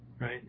right